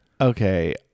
Okay